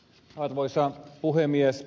arvoisa puhemies